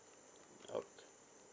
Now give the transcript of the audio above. okay